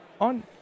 on